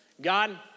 God